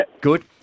Good